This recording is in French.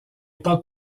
pas